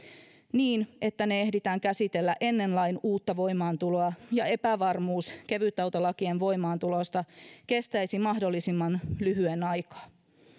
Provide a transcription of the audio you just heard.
niin että ne ehditään käsitellä ennen lain uutta voimaantuloa ja epävarmuus kevytautolakien voimaantulosta kestäisi mahdollisimman lyhyen aikaa